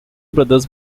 brothers